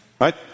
Right